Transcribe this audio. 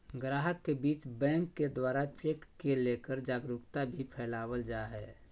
गाहक के बीच बैंक के द्वारा चेक के लेकर जागरूकता भी फैलावल जा है